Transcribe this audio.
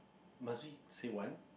must we say one